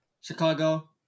Chicago